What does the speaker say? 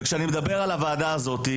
כשאני מדבר על הוועדה הזו,